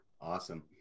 Awesome